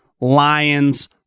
Lions